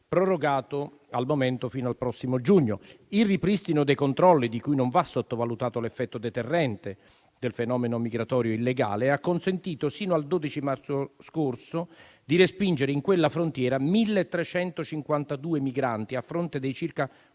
prorogato al momento fino al prossimo giugno. Il ripristino dei controlli, di cui non va sottovalutato l'effetto deterrente del fenomeno migratorio illegale, ha consentito sino al 12 marzo scorso, di respingere in quella frontiera 1.352 migranti a fronte dei circa